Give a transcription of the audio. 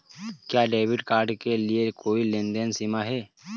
क्या debit card के लिए कोई लेनदेन सीमा है?